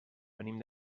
venim